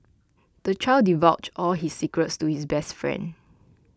the child divulged all his secrets to his best friend